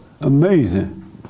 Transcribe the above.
Amazing